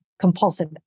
compulsive